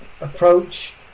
approach